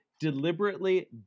deliberately